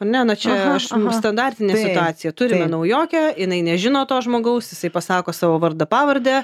ar ne na čia aš standartinė situacija turime naujokę jinai nežino to žmogaus jisai pasako savo vardą pavardę